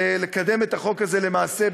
לקדם את החוק הזה בתיאום.